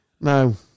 No